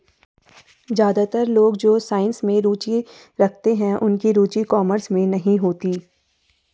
ज्यादातर लोग जो साइंस में रुचि रखते हैं उनकी रुचि कॉमर्स में नहीं होती